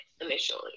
initially